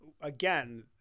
again